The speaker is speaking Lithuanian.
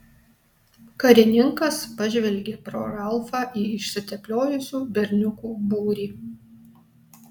karininkas pažvelgė pro ralfą į išsitepliojusių berniukų būrį